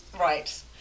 right